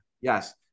Yes